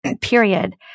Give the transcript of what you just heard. period